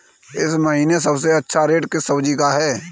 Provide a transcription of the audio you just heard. इस महीने सबसे अच्छा रेट किस सब्जी का है?